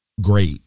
Great